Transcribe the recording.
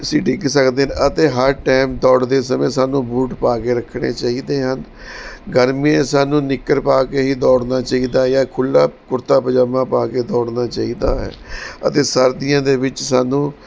ਅਸੀਂ ਡਿੱਗ ਸਕਦੇ ਹਨ ਅਤੇ ਹਰ ਟਾਈਮ ਦੌੜਦੇ ਸਮੇਂ ਸਾਨੂੰ ਬੂਟ ਪਾ ਕੇ ਰੱਖਣੇ ਚਾਹੀਦੇ ਹਨ ਗਰਮੀਆ 'ਚ ਸਾਨੂੰ ਨਿੱਕਰ ਪਾ ਕੇ ਹੀ ਦੌੜਨਾ ਚਾਹੀਦਾ ਜਾਂ ਖੁੱਲਾ ਕੁੜਤਾ ਪਜਾਮਾ ਪਾ ਕੇ ਦੌੜਨਾ ਚਾਹੀਦਾ ਹੈ ਅਤੇ ਸਰਦੀਆਂ ਦੇ ਵਿੱਚ ਸਾਨੂੰ